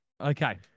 Okay